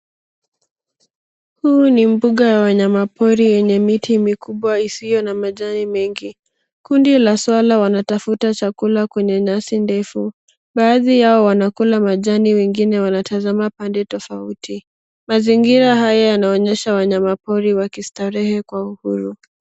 Huu ni mbuga wa wanyama pori yenye miti mikubwa isiyo na majani mengi. Kundi la swara wanatafuta chakula kwenye nyasi ndefu. Baadhi yao wanakula majani wengine wanatazama pande tofauti. Mazingira haya yanaonyesha wanyama pori wakistarehe kwa uhuru.